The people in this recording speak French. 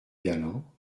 galant